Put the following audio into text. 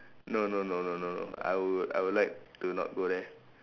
no no no no no I would I would like to not go there